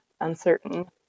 uncertain